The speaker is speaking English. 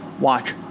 watch